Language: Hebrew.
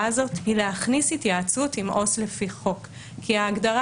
הזאת היא להכניס התייעצות עם עובד סוציאלי לפי חוק כי ההגדרה